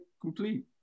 complete